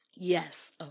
Yes